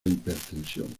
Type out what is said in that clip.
hipertensión